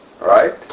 Right